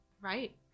right